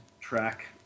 track